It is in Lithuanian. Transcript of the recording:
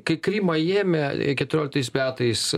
kai krymą ėmė keturioliktais metais